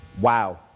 Wow